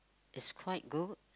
it's quite good